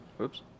Oops